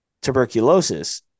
tuberculosis